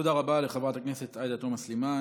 תודה רבה לחברת הכנסת עאידה תומא סלימאן.